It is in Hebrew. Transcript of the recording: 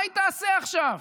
מה היא תעשה עכשיו?